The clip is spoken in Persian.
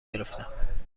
گرفتم